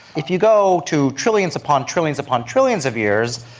if you go to trillions upon trillions upon trillions of years,